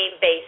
base